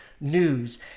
news